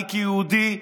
אני כיהודי,